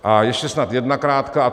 A ještě snad jedna krátká...